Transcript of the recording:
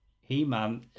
he-man